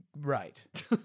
Right